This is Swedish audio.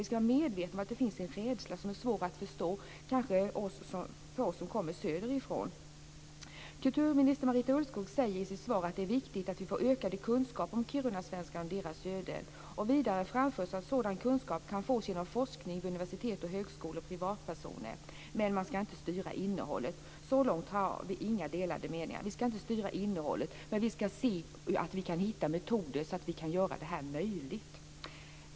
Vi ska vara medvetna om att det finns en rädsla, som kanske är svår att förstå för oss som kommer söderifrån. Kulturminister Marita Ulvskog säger i sitt svar: "Det är viktigt att vi får ökade kunskaper om kirunasvenskarnas liv och öden." Vidare framförs: "Sådan kunskap kan fås genom forskning vid universitet och högskolor eller vid institut . och privatpersoner." Men man ska inte "styra innehållet". Så långt har vi inte delade meningar. Vi ska inte styra innehållet, men vi ska se till att vi kan hitta metoder för att göra detta möjligt.